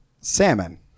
Salmon